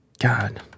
God